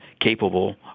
capable